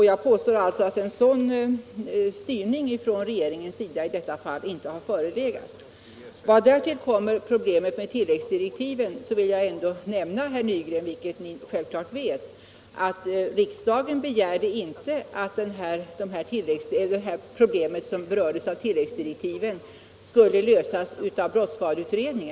Jag påstår alltså att en sådan styrning från regeringens sida i detta fall inte har förelegat. Vad gäller problemet med tilläggsdirektiven vill jag ändå nämna, herr Nygren, vilket ni självfallet vet, att riksdagen begärde inte att det problem som berördes av tilläggsdirektiven skulle lösas av brottsskadeutredningen.